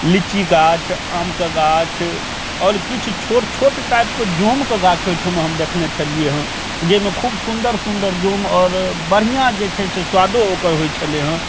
लीची गाछ आमके गाछ आओर किछु छोट छोट टाइपके जोमके गाछ ओइठमा हम देखने छलियै हँ जाहिमे खुब सुन्दर सुन्दर जोम आओर बढ़िआँ जे छै से स्वादो ओकर होइ छलै हँ